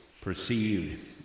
perceived